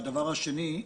והדבר השני,